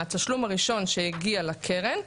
מהתשלום הראשון שהגיע לקרן,